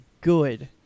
good